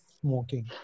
smoking